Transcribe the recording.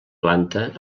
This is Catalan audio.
planta